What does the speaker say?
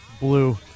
blue